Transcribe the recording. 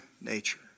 nature